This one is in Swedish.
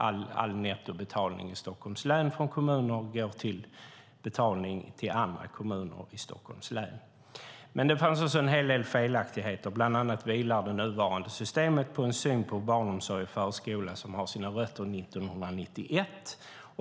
All nettobetalning från kommuner i Stockholms län går till betalning till andra kommuner i Stockholms län. Det fanns alltså en hel del felaktigheter. Bland annat vilar det nuvarande systemet på en syn på barnomsorg och förskola som har sina rötter i 1991.